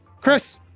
Chris